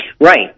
Right